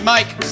Mike